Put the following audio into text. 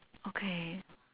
okay